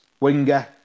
Winger